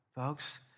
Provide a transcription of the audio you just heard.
Folks